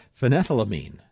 phenethylamine